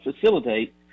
facilitate